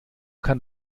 kann